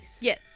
yes